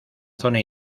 zona